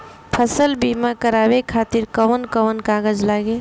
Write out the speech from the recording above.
फसल बीमा करावे खातिर कवन कवन कागज लगी?